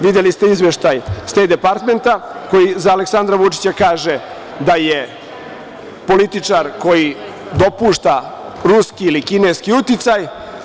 Videli ste izveštaj Stejt Departmenta, koji za Aleksandra Vučića kaže da je političar koji dopušta ruski ili kineski uticaj.